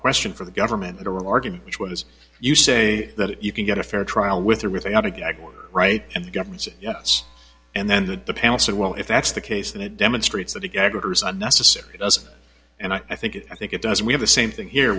question for the government a real argument which was you say that you can get a fair trial with or without a gag order right and the government said yes and then the panel said well if that's the case and it demonstrates that a gag orders unnecessary doesn't and i think it i think it does we have the same thing here